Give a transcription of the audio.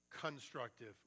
constructive